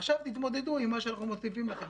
ועכשיו תתמודדו עם מה שאנחנו מוסיפים לכם,